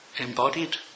Embodied